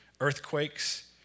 Earthquakes